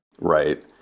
Right